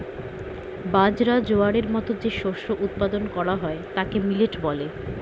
বাজরা, জোয়ারের মতো যে শস্য উৎপাদন করা হয় তাকে মিলেট বলে